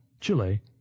Chile